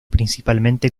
principalmente